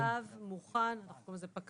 יש לנו נוהל אב, מוכן, אנחנו קוראים לזה פק"ל.